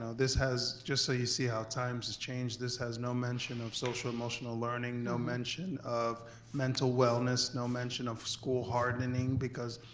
this has, just so you see how times has changed, this has no mention of socio emotional learning, no mention of mental wellness, no mention of school hardening because,